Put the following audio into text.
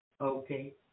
Okay